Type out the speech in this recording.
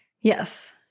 Yes